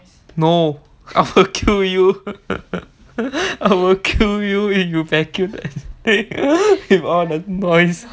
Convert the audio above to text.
no I'm going to kill you I will kill you if you vacuum it with all the noise